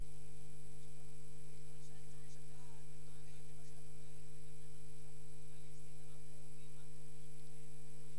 14:34 ונתחדשה בשעה 15:23.)